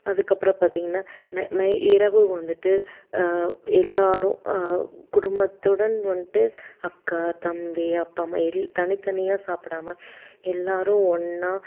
அதுக்கப்புறம் பார்த்திங்கன்னா இரவு வந்துட்டு எல்லோரும் குடும்பத்துடன் வந்துட்டு அக்கா தம்பி அப்பா அம்மா எல் தனித்தனியாக சாப்பிடாம எல்லோரும் ஒன்றா